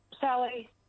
Sally